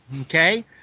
Okay